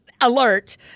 alert